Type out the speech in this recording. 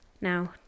Now